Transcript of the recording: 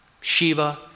Shiva